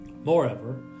Moreover